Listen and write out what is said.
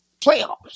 Playoffs